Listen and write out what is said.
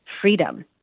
freedom